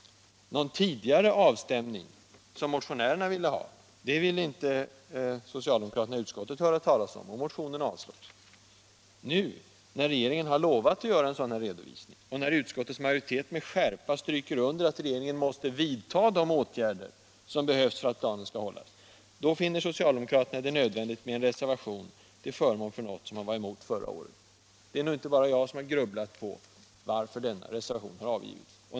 Någon tidigare avstämning, som motionärerna önskade, ville utskottet då inte höra talas om och motionen avstyrktes. Nu, när regeringen har lovat att göra en sådan redovisning och när utskottets majoritet med skärpa stryker under att regeringen måste vidta de åtgärder som behövs för att planen skall hållas, då finner socialdemokraterna det nödvändigt med en reservation till förmån för något som man var emot förra året. Varför? Det är nog inte bara jag som har grubblat över varför denna reservation har avgivits.